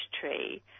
tree